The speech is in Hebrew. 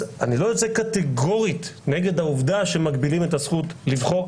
אז אני לא יוצא קטגורית נגד העובדה שמגבילים את הזכות לבחור.